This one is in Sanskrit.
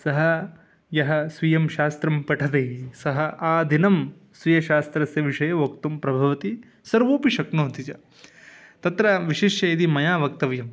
सः यः स्वीयं शास्त्रं पठति सः आदिनं स्वीयशास्त्रस्य विषये वक्तुं प्रभवति सर्वोपि शक्नोति च तत्र विशिष्य यदि मया वक्तव्यम्